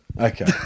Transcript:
Okay